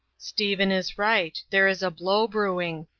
stephen is right. there is a blow brewing.